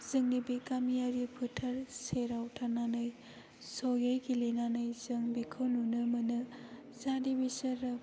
जोंनि बे गामियारि फोथार सेराव थानानै जयै गेलेनानै जों बेखौ नुनो मोनो जाहाथे बिसोरो